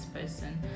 person